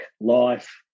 life